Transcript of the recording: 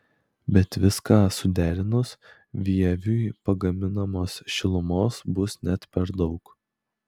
bet viską suderinus vieviui pagaminamos šilumos bus net per daug